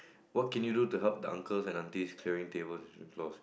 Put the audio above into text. what can you do to help the uncles and aunties clearing tables